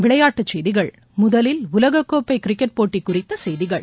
விளையாட்டு செய்திகள் முதலில் உலக கோப்பை கிரிக்கெட் போட்டி குறித்த செய்திகள்